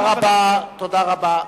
תודה רבה.